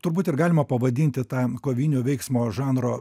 turbūt ir galima pavadinti tą kovinių veiksmo žanro